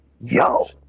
yo